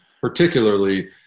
particularly